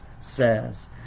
says